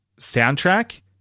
soundtrack